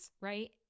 right